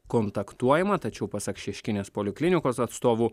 kontaktuojama tačiau pasak šeškinės poliklinikos atstovų